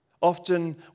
Often